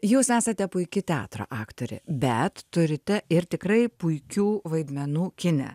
jūs esate puiki teatro aktorė bet turite ir tikrai puikių vaidmenų kine